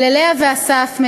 וללאה ולאסף,